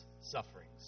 sufferings